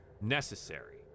necessary